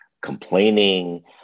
complaining